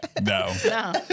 No